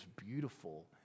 beautiful